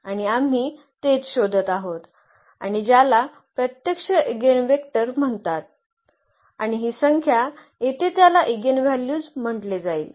आणि आम्ही तेच शोधत आहोत आणि ज्याला प्रत्यक्ष ईगेनवेक्टर्स म्हणतात आणि ही संख्या येथे त्याला इगेनव्हल्यूज म्हटले जाईल